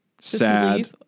Sad